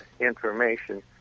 information